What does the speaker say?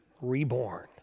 reborn